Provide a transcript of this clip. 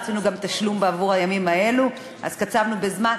רצינו גם תשלום בעבור הימים האלה, אז קצבנו בזמן.